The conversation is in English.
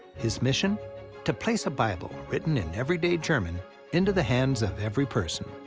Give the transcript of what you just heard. his mission to place a bible, written in everyday german into the hands of every person.